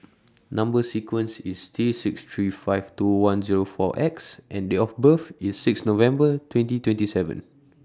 Number sequence IS T six three five two one Zero four X and Date of birth IS six November twenty twenty seven